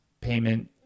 payment